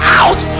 out